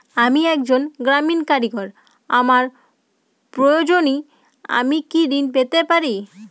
আমি একজন গ্রামীণ কারিগর আমার প্রয়োজনৃ আমি কি ঋণ পেতে পারি?